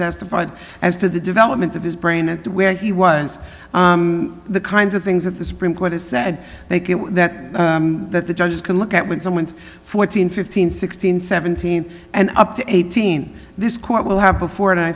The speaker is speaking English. testified as to the development of his brain and to where he was the kinds of things that the supreme court has said they can that that the judges can look at when someone's fourteen fifteen sixteen seventeen and up to eighteen this court will have before and i